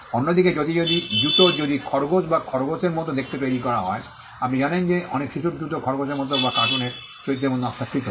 অন্যদিকে জুতো যদি খরগোশ বা খরগোশের মতো দেখতে তৈরি করা হয় আপনি জানেন যে অনেক শিশুর জুতা খরগোশের মতো বা কার্টুনের চরিত্রের মতো নকশাকৃত